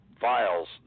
files